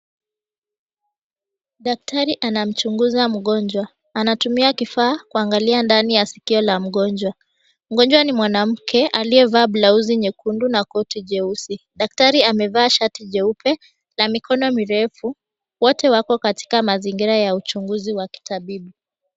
Daktari anamchunguza mgonjwa. Anatumia kifaa kuangalia ndani ya siko la mgonjwa. Mgonjwa ni mwanamke aliyevaa blauzi nyekundu na koti jeusi. Daktari amevaa shati jeupe la mikono mirefu. Wote wako katika mazingira ya uchunguzi wa kitabibu.